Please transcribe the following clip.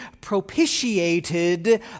propitiated